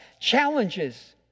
challenges